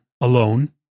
alone